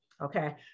Okay